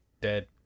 dead